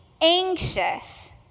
anxious